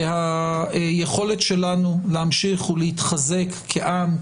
והיכולת שלנו להמשיך ולהתחזק כעם,